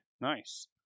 nice